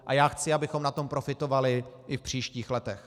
A já chci, abychom na tom profitovali i v příštích letech.